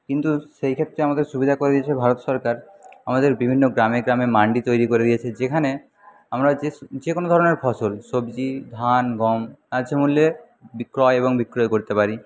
কিন্ত সেইক্ষেত্রে আমাদের সুবিধা করে দিয়েছে ভারত সরকার আমাদের বিভিন্ন গ্রামে গ্রামে মান্ডি তৈরি করে দিয়েছে যেখানে আমরা যে যেকোনো ধরনের ফসল সবজি ধান গম কাঁচা মূল্যে ক্রয় এবং বিক্রয় করতে পারি